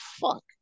fuck